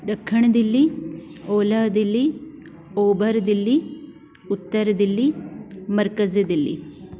ॾखिण दिल्ली ओलह दिल्ली ओभर दिल्ली उत्तर दिल्ली मर्कज़ी दिल्ली